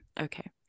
Okay